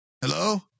Hello